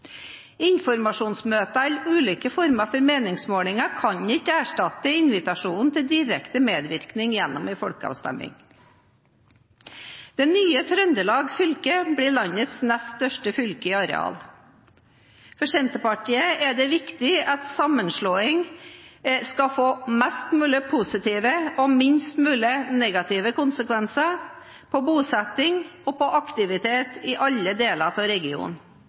Informasjonsmøter eller ulike former for meningsmålinger kan ikke erstatte invitasjon til direkte medvirkning gjennom en folkeavstemning. Det nye Trøndelag fylke blir landets nest største fylke i areal. For Senterpartiet er det viktig at sammenslåing skal få mest mulig positive og minst mulig negative konsekvenser for bosetting og aktivitet i alle deler av regionen.